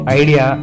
idea